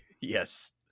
Yes